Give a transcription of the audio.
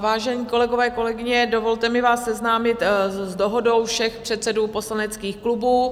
Vážení kolegové, kolegyně, dovolte mi vás seznámit s dohodou všech předsedů poslaneckých klubů.